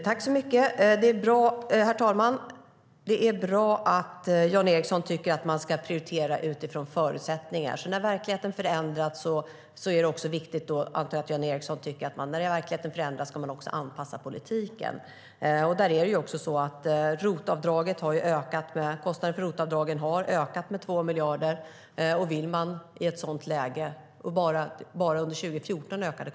Herr talman! Det är bra att Jan Ericson tycker att man ska prioritera utifrån förutsättningar. Jag antar att Jan Ericson då också tycker att när verkligheten förändras är det viktigt att man anpassar politiken. Kostnaden för ROT-avdragen ökade med 2 miljarder bara under 2014.